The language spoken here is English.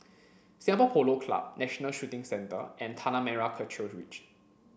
Singapore Polo Club National Shooting Centre and Tanah Merah Kechil Ridge